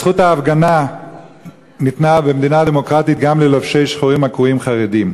זכות ההפגנה ניתנה במדינה דמוקרטית גם ללובשי שחורים הקרויים חרדים.